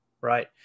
right